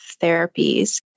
therapies